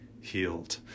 healed